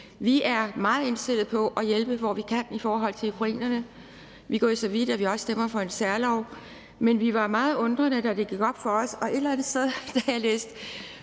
Vi er meget indstillet på at hjælpe, hvor vi kan, i forhold til ukrainerne. Vi er gået så vidt, at vi også stemmer for en særlov. Men vi var meget undrende, da det gik op for os – og da jeg læste